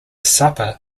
supper